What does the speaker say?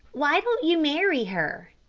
why don't you marry her?